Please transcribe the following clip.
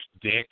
dick